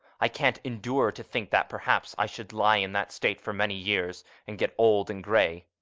i can't endure to think that perhaps i should lie in that state for many years and get old and grey.